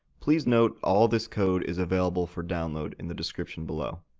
please note all this code is available for download in the description below.